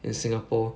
in singapore